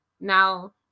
Now